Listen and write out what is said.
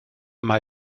mae